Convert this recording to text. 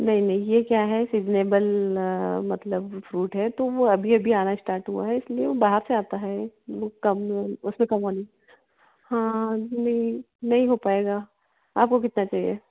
नहीं नहीं यह क्या है सीज़नेबल मतलब फ्रुट है तो वह अभी अभी आना स्टार्ट हुआ है इसलिए व बाहर से आता है मतलब कम उसे कमन हाँ नहीं नहीं हो पाएगा आपको कितना चाहिए